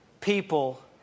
people